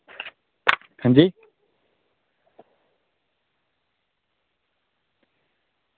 अंजी